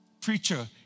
preacher